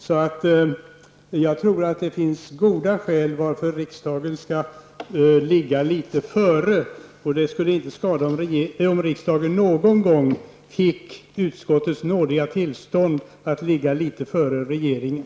Jag tror alltså att det finns goda skäl till att riksdagen skall ligga litet före. Och det skulle inte skada om riksdagen någon gång fick utskottets nådiga tillstånd att ligga litet före regeringen.